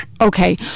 Okay